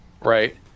Right